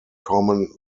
common